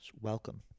welcome